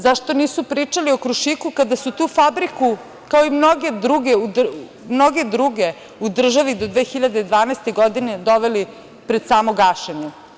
Zašto nisu pričali o „Krušiku“ kada su tu fabriku, kao i mnoge druge u državi do 2012. godine doveli do samog gašenja?